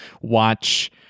watch